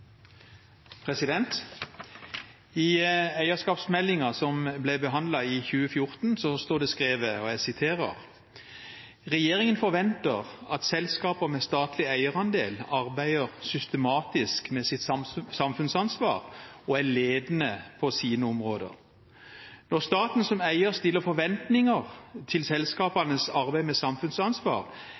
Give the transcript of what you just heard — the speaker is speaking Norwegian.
I eierskapsmeldingen, som ble behandlet i 2015, står det skrevet: «Regjeringen forventer at selskaper med statlig eierandel arbeider systematisk med sitt samfunnsansvar og er ledende på sine områder. Når staten som eier stiller forventninger til selskapenes arbeid med samfunnsansvar,